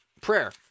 Prayer